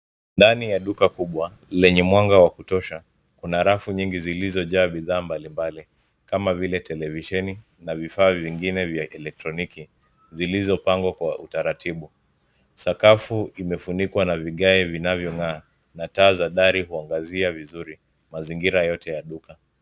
Ndani ya duka kubwa lenye mwanga wa kuroaha kuna rafu nyingi zilizojaa bidhaa mbalimbali. Kama vile televisheni na vifaa vingine vya elektroniki zilizopangwa kwa utaratibu. Sakafu imefunikwa na vigae vinavyong'aa na taa za dari kuangazia vizuri mazingira yote ya duka..